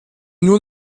nur